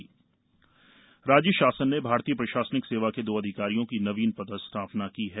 नवीन पदस्थापना राज्य शासन ने भारतीय प्रशासनिक सेवा के दो अधिकारियों की नवीन पदस्थापना की है